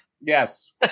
Yes